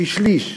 כשליש,